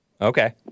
Okay